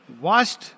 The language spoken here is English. washed